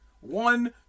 One